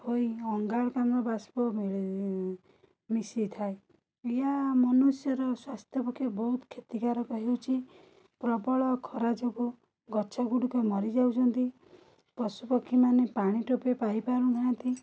ହୋଇ ଅଙ୍ଗାରକାମ୍ଳ ବାଷ୍ପ ମିଶିଥାଏ ଏହା ମନୁଷ୍ୟର ସ୍ବାସ୍ଥ୍ୟପକ୍ଷେ ବହୁତ କ୍ଷତିକାରକ ହେଉଛି ପ୍ରବଳ ଖରା ଯୋଗୁଁ ଗଛଗୁଡ଼ିକ ମରି ଯାଉଛନ୍ତି ପଶୁ ପକ୍ଷୀମାନେ ପାଣି ଟୋପେ ପାଇ ପାରୁ ନାହାଁନ୍ତି